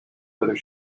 whether